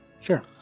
sure